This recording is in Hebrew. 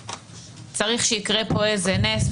צריך שיקרה פה איזה נס,